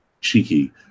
cheeky